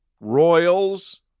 Royals